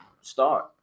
start